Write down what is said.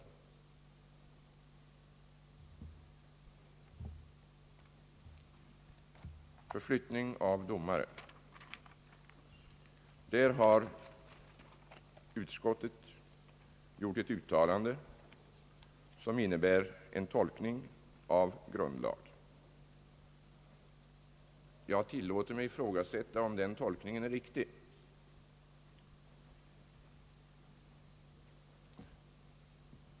Beträffande förflyttning av domare har utskottet gjort ett uttalande som innebär en tolkning av grundlag. Jag tillåter mig ifrågasätta om den tolkningen är riktig.